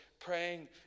praying